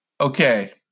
Okay